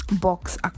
box